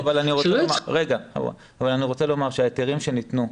אני רוצה לומר שההיתרים שניתנו,